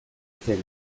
zen